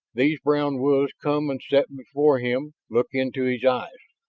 these brown wolves come and sit before him, look into his eyes.